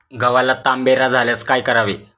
गव्हाला तांबेरा झाल्यास काय करावे?